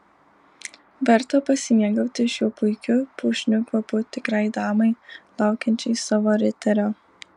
verta pasimėgauti šiuo puikiu puošniu kvapu tikrai damai laukiančiai savo riterio